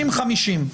50-50,